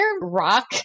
rock